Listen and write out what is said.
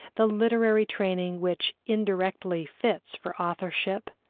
the literary training which indirectly fits for authorship,